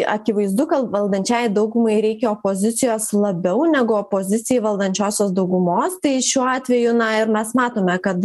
akivaizdu kad valdančiajai daugumai reikia opozicijos labiau negu opozicijai valdančiosios daugumos tai šiuo atveju na ir mes matome kad